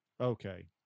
okay